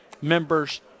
members